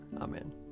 Amen